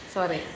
Sorry